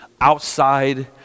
outside